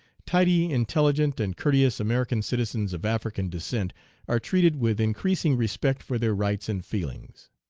tidy, intelligent, and courteous american citizens of african descent are treated with increasing respect for their rights and feelings.